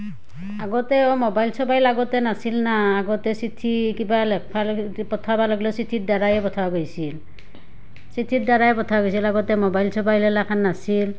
আগতে অঁ মোবাইল চবাইল আগতে নাছিল না আগতে চিঠি কিবা লেখবা লাগলি পঠাবা লাগলেও চিঠিতদ্বাৰাই পঠাৱা গৈছিল চিঠিতদ্বাৰাই পঠা গৈছিল আগতে মোবাইল চবাইল এইগিলাখান নাছিল